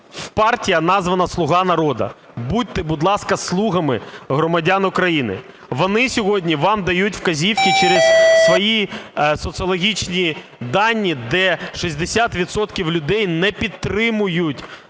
партія, названа "Слуга народу", будьте, будь ласка, "слугами громадян України". Вони сьогодні вам дають вказівки через свої соціологічні дані, де 60 відсотків людей не підтримують